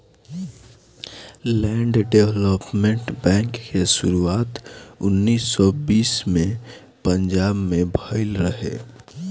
land development bank के शुरुआत उन्नीस सौ बीस में पंजाब में भईल रहे